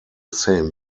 same